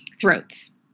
throats